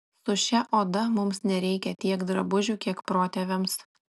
su šia oda mums nereikia tiek drabužių kiek protėviams